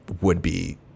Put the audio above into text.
would-be